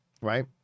right